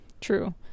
True